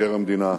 מבקר המדינה,